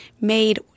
made